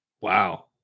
Wow